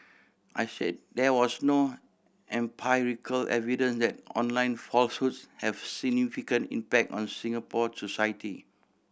I said there was no empirical evidence that online falsehoods have significant impact on Singapore society